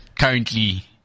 Currently